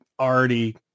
Already